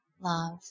love